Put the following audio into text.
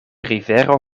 rivero